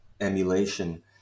emulation